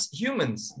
humans